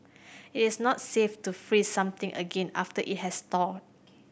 it is not safe to freeze something again after it has thawed